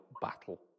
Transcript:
battle